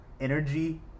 energy